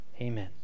Amen